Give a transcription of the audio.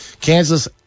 Kansas